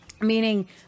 meaning